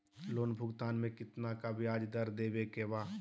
Loan भुगतान में कितना का ब्याज दर देवें के बा?